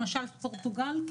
למשל פורטוגל,